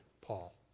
Paul